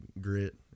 grit